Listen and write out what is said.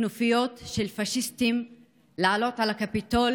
כנופיות של פשיסטים לעלות על הקפיטול